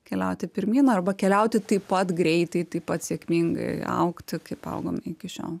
keliauti pirmyn arba keliauti taip pat greitai taip pat sėkmingai augti kaip augom iki šiol